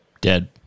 Dead